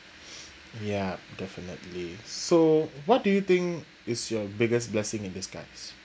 ya definitely so what do you think is your biggest blessing in disguise